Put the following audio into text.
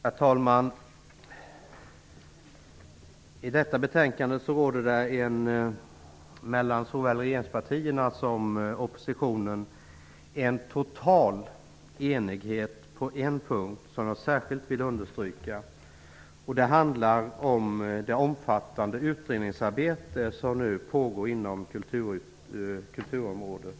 Herr talman! I detta betänkande råder det mellan såväl regeringspartierna som oppositionen en total enighet på den punkt som jag särskilt vill understryka. Det handlar om det omfattande utredningsarbete som nu pågår inom kulturområdet.